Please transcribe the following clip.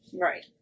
Right